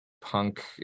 punk